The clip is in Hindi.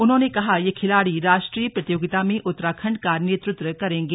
उन्होंने कहा यह खिलाड़ी राष्ट्रीय प्रतियोगिता में उत्तराखंड का नेतृत्व करेंगे